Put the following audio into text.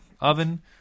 oven